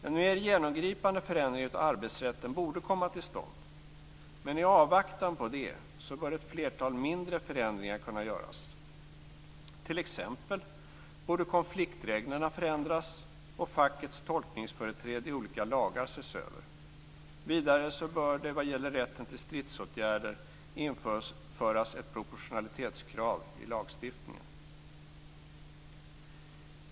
En mer genomgripande förändring av arbetsrätten borde komma till stånd, men i avvaktan på det bör ett flertal mindre förändringar kunna göras, t.ex. borde konfliktreglerna förändras och fackets tolkningsföreträde i olika lagar ses över. Vidare bör det, vad gäller rätten till stridsåtgärder, införas ett proportionalitetskrav i lagstiftningen.